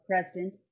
president